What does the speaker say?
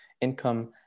income